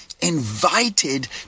invited